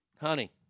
Honey